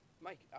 Mike